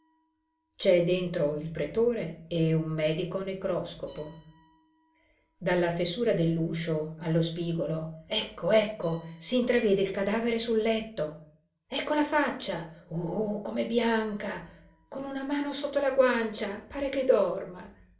c'è dentro il pretore e un medico necroscopo dalla fessura dell'uscio allo spigolo ecco ecco s'intravede il cadavere sul letto ecco la faccia uh come bianca con una mano sotto la guancia pare che dorma